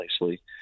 nicely